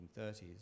1930s